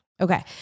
Okay